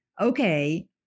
okay